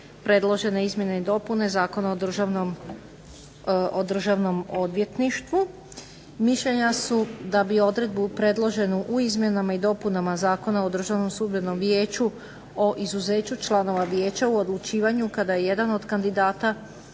predložene izmjene i dopune Zakona o Državnom odvjetništvu. Mišljenja su da bi odredbu predloženu u izmjenama i dopunama Zakona o Državnom sudbenom vijeću o izuzeću članova vijeća u odlučivanju kada je jedan od kandidata